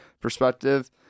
perspective